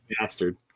bastard